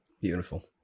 Beautiful